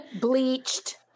bleached